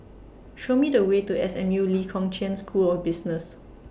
Show Me The Way to S M U Lee Kong Chian School of Business